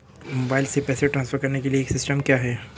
Mobile से पैसे transfer करने के लिए सिस्टम क्या है?